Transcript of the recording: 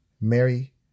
Mary